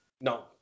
No